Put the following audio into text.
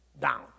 down